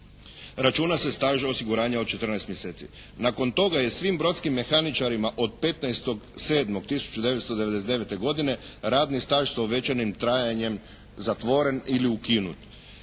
Računa se staž osiguranja od 14 mjeseci. Nakon toga je svim brodskim mehaničarima od 15.7.1999. godine radni staž sa uvećanim trajanjem zatvoren ili ukinut.